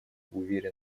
уверен